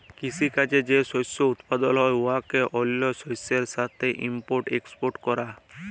কিসি কাজে যে শস্য উৎপাদল হ্যয় উয়াকে অল্য দ্যাশের সাথে ইম্পর্ট এক্সপর্ট ক্যরা